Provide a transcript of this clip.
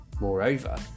Moreover